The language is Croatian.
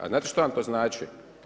A znate šta vam to znači?